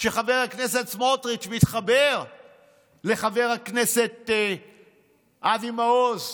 שחבר הכנסת סמוטריץ' מתחבר לחבר הכנסת אבי מעוז.